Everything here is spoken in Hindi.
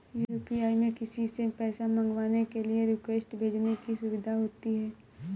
यू.पी.आई में किसी से पैसा मंगवाने के लिए रिक्वेस्ट भेजने की सुविधा होती है